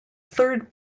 third